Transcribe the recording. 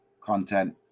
content